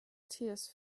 tears